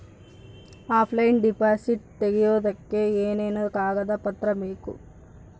Offline deposit ತೆಗಿಯೋದಕ್ಕೆ ಏನೇನು ಕಾಗದ ಪತ್ರ ಬೇಕು?